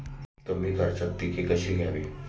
कमी खर्चात पिके कशी घ्यावी?